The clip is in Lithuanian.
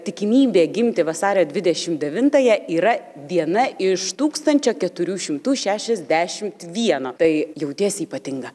tikimybė gimti vasario dvidešim devintąją yra viena iš tūkstančio keturių šimtų šešiasdešimt vieno tai jautiesi ypatinga